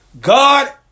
God